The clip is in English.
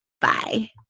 Bye